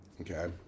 Okay